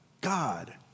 God